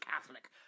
Catholic